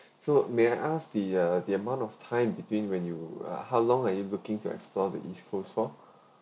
so may I ask the uh the amount of time between when you uh how long are you looking to explore the east coast for